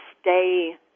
stay